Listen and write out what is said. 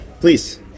please